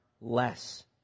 less